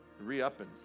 Re-upping